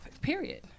Period